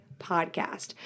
podcast